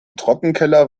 trockenkeller